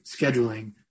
scheduling